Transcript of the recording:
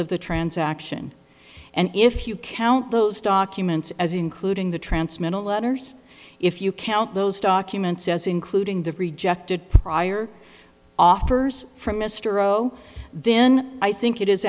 of the transaction and if you count those documents as including the transmittal letters if you count those documents as including the rejected prior offers from mr zero then i think it is